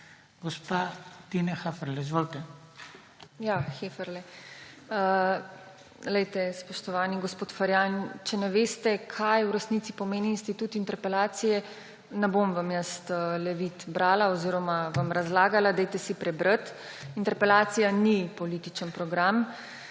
Gospa Tina Haferle, izvolite. TINA HEFERLE (PS LMŠ): Heferle. Spoštovani gospod Ferjan, če ne veste, kaj v resnici pomeni institut interpelacije, vam jaz ne bom levit brala oziroma vam razlagala, dajte si prebrati. Interpelacija ni politični program